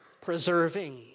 preserving